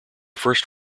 first